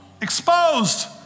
exposed